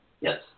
Yes